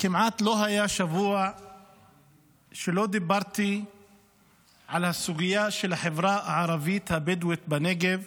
כמעט לא היה שבוע שלא דיברתי על הסוגיה של החברה הערבית הבדואית בנגב,